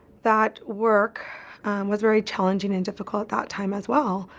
that work was very challenging and difficult that time as well.